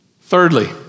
Thirdly